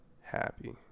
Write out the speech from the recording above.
happy